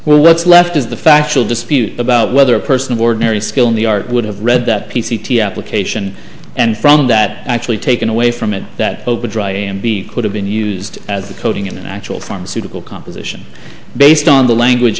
well what's left is the factual dispute about whether a person of ordinary skill in the art would have read that p c t application and from that actually taken away from it that open dry a and b could have been used as a coating in an actual pharmaceutical composition based on the language